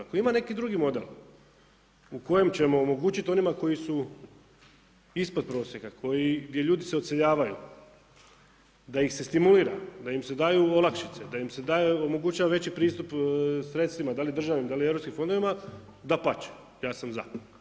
Ako ima neki drugi model u kojem ćemo omogućiti onima koji su ispod prosjeka, gdje ljudi se odseljavaju, da ih se stimulira, da im se daju olakšice, da im se omogućava veći pristup sredstvima, da li državnim, da li europskim fondovima, dapače, ja sam za.